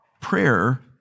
prayer